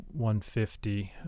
150